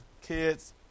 kids